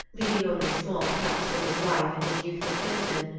leaving only small cuts for his wife and his youthful kinsman,